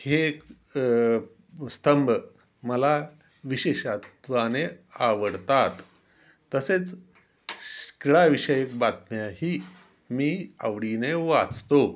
हे स्तंभ मला विशेषत्वाने आवडतात तसेच क्रीडाविषयक बातम्याही मी आवडीने वाचतो